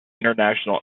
international